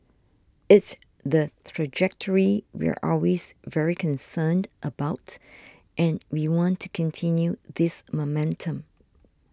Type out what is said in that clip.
it's the trajectory we're always very concerned about and we want to continue this momentum